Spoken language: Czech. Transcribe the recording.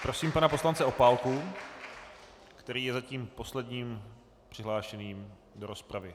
Prosím pana poslance Opálku, který je zatím posledním přihlášeným do rozpravy.